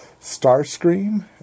Starscream